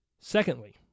Secondly